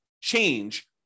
change